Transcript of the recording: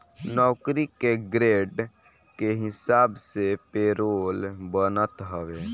नौकरी के ग्रेड के हिसाब से पेरोल बनत हवे